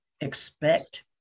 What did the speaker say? expect